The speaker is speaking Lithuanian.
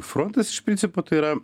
frontas iš principo tai yra